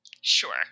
Sure